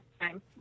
time